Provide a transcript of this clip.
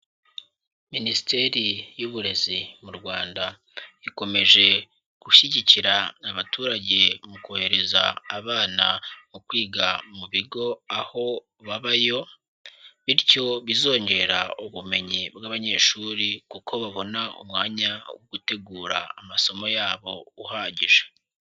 Minisiteri y'Uburezi mu Rwanda, ikomeje gushyigikira abaturage mu kohereza abana mu kwiga mu bigo aho babayo, bityo bizongerera ubumenyi bw'abanyeshuri, kuko babona umwanya wo gutegura amasomo yabo uhagije.